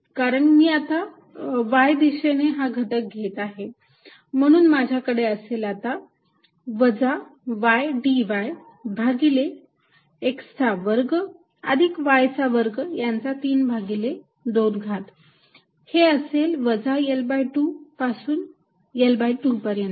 कारण मी आता y च्या दिशेने हा घटक येत आहे म्हणून माझ्याकडे असेल आता वजा y dy भागिले x चा वर्ग अधिक y चा वर्ग यांचा 32 घात आणि हे असेल वजा L2 पासून L2 पर्यंत